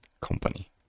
company